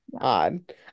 odd